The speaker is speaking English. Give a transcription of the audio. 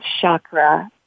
chakra